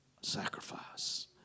sacrifice